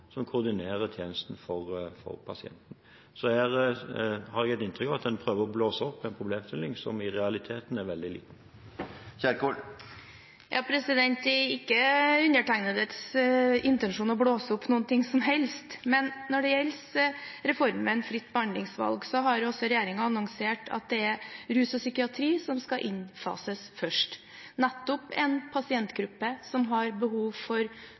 som koordinerer tjenestene for pasienten. Så her har jeg et inntrykk av at en prøver å blåse opp en problemstilling som i realiteten er veldig liten. Det er ikke undertegnedes intensjon å blåse opp noe som helst. Men når det gjelder reformen fritt behandlingsvalg, har jo også regjeringen annonsert at det er rus og psykiatri som skal innfases først, en pasientgruppe som nettopp har behov for